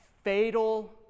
Fatal